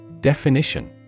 Definition